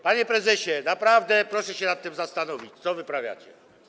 Panie prezesie, naprawdę proszę się nad tym zastanowić, co wyprawiacie.